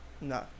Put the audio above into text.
No